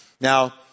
Now